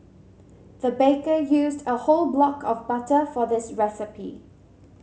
the baker used a whole block of butter for this recipe